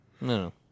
No